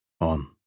On